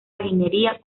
jardinería